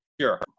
Sure